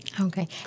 Okay